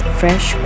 fresh